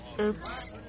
Oops